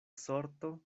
sorto